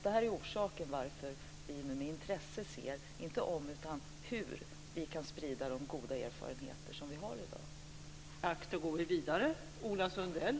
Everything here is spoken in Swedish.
Det här är orsaken till att vi nu med intresse ser inte om utan hur vi kan sprida de goda erfarenheter som vi har i dag.